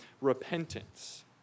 repentance